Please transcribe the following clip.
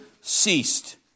ceased